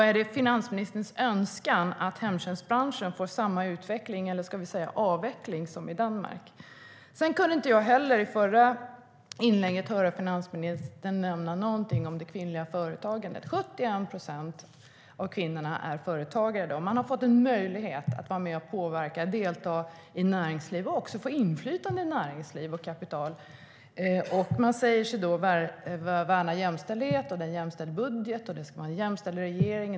Är det finansministerns önskan att hemtjänstbranschen ska få samma utveckling - eller ska vi säga avveckling - som i Danmark? Man säger sig värna jämställdhet. Det är en jämställd budget. Det ska vara en jämställd regering.